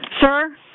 Sir